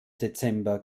dezember